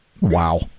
Wow